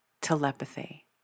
telepathy